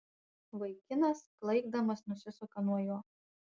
vaikinas klaikdamas nusisuka nuo jo